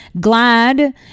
glad